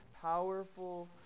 powerful